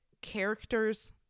characters